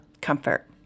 comfort